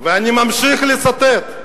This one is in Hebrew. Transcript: ואני ממשיך לצטט,